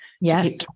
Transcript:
Yes